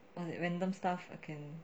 random stuff I can